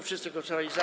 Wszyscy głosowali za.